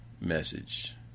message